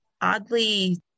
oddly